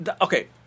Okay